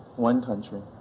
one country.